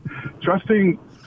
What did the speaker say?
trusting